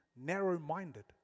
Narrow-minded